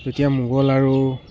তেতিয়া মোগল আৰু